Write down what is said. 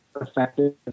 effective